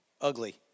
ugly